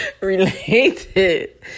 Related